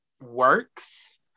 works